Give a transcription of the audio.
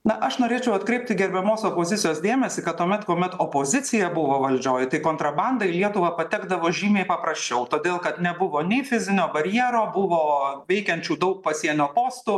na aš norėčiau atkreipti gerbiamos opozicijos dėmesį kad tuomet kuomet opozicija buvo valdžioj tai kontrabanda į lietuvą patekdavo žymiai paprasčiau todėl kad nebuvo nei fizinio barjero buvo veikiančių daug pasienio postų